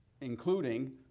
including